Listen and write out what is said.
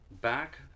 back